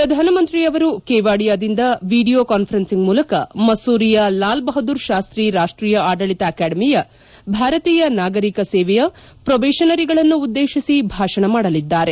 ಪ್ರಧಾನಮಂತ್ರಿಯವರು ಕೆವಾಡಿಯಾದಿಂದ video conferencing ಮೂಲಕ ಮಸ್ದೂರಿಯ ಲಾಲ್ ಬಹದ್ದೂರ್ ಶಾಸ್ತಿ ರಾಷ್ಷೀಯ ಆಡಳಿತ ಅಕಾಡೆಮಿಯ ಭಾರತೀಯ ನಾಗರಿಕ ಸೇವೆಯ ಪೊಬೇಷನರ್ಸ್ಗಳನ್ನುದ್ಲೇಶಿಸಿ ಭಾಷಣ ಮಾಡಲಿದ್ದಾರೆ